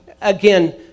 again